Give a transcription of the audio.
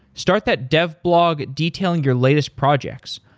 start that dev blog, detailing your latest projects.